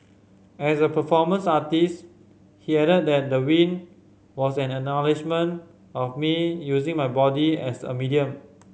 as a performance artist he added that the win was an acknowledgement of me using my body as a medium